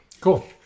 Cool